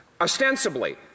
Ostensibly